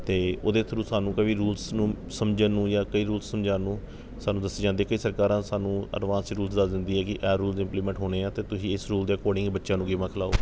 ਅਤੇ ਉਹਦੇ ਥਰੂ ਸਾਨੂੰ ਕਈ ਰੂਲਸ ਨੂੰ ਸਮਝਣ ਨੂੰ ਜਾਂ ਕਈ ਰੂਲਸ ਸਮਝਾਉਣ ਨੂੰ ਸਾਨੁੂੰ ਦੱਸੇ ਜਾਂਦੇ ਕਿ ਸਰਕਾਰਾਂ ਸਾਨੂੰ ਅਡਵਾਂਸ 'ਚ ਰੂਲਸ ਦੱਸ ਦਿੰਦੀ ਹੈਗੀ ਹੈ ਰੂਲਸ ਇੰਪਲੀਮੈਂਟ ਹੋਣੇ ਹੈ ਅਤੇ ਤੁਸੀਂ ਇਸ ਰੂਲ ਦੇ ਅਕੋਡਿੰਗ ਬੱਚਿਆਂ ਨੂੰ ਗੇਮਾਂ ਖਿਡਾਓ